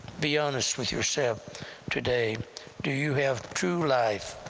be honest with yourself today do you have true life?